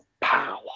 power